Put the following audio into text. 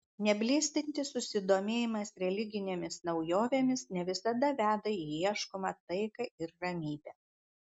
neblėstantis susidomėjimas religinėmis naujovėmis ne visada veda į ieškomą taiką ir ramybę